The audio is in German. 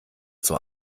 zur